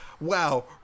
Wow